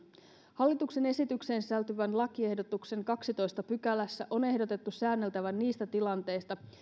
hallituksen esitykseen sisältyvän lakiehdotuksen kahdennessatoista pykälässä on ehdotettu säänneltävän niistä tilanteista